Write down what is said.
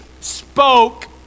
spoke